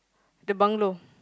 the bungalow